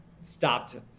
stopped